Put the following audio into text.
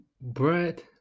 bread